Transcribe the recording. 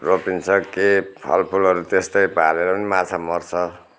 रोपिन्छ के फलफुलहरू त्यस्तै पारेरन् माछा मर्छ